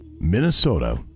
Minnesota